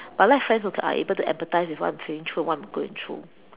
but I like friends who are able to empathize with what I'm saying through what I'm going through